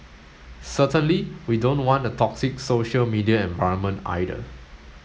certainly we don't want a toxic social media environment either